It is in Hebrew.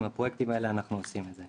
עם הפרויקטים האלה אנחנו עושים את זה.